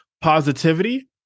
positivity